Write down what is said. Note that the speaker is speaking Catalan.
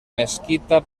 mesquita